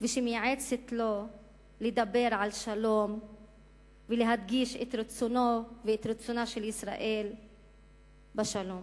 ומייעצת לו לדבר על שלום ולהדגיש את רצונו ואת רצונה של ישראל בשלום.